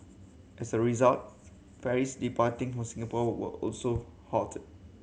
as a result ferries departing from Singapore were also halted